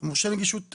מורשה נגישות עצמאי.